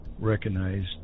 recognized